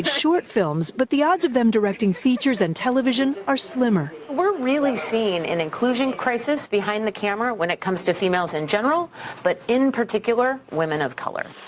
short films, but the odds of them directing features and television are slimmer. we're really seeing an inclusion crisis behind the camera when it comes to females in general but in particular, women of color.